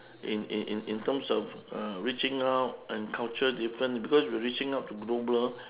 in in in in terms of uh reaching out and culture different because we are reaching out to global